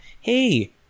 Hey